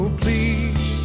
please